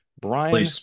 Brian